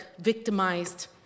victimized